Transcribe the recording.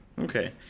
Okay